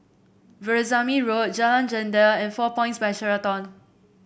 Veerasamy Road Jalan Jendela and Four Points By Sheraton